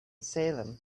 salem